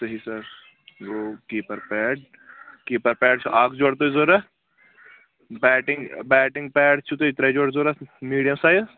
صحیح سَر گوٚو keeper pad keeper pad چھُ اکھ جورِ تۄہہِ ضوٚرَتھ بیٹِنٛگ بیٹِنٛگ پیڑ چھُو تُہۍ ترٛےٚ جورِ ضوٚرَتھ میٖڈیَم سایِز